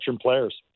players